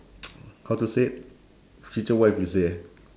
how to say it future wife you say eh